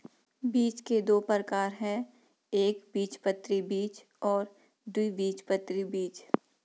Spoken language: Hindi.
बीज के दो प्रकार है एकबीजपत्री बीज और द्विबीजपत्री बीज